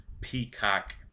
Peacock